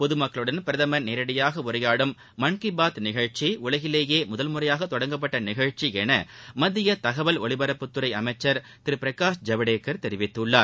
பொதுமக்களுடன் பிரதமர் நேரிடையாக உரையாடும் மன் கி பாத் நிகழச்சி உலகிலேயே முதல் முறையாக தொடங்கப்பட்ட நிகழ்ச்சி என மத்திய தகவல் ஒலிபரப்புத்துறை அளமச்சர் திரு பிரகாஷ் ஜவடேகர் தெரிவித்துள்ளார்